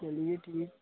चलिए ठीक